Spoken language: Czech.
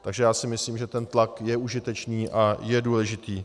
Takže si myslím, že ten tlak je užitečný a je důležitý.